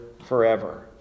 forever